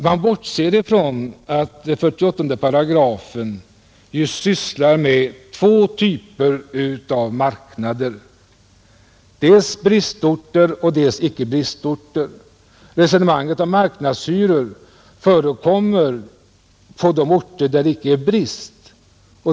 Man bortser ifrån att 48 § sysslar med två typer av marknader: dels bristorter, dels icke bristorter. Resonemanget om marknadshyror förekommer på de orter där det icke är brist.